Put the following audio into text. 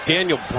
Daniel